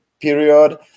period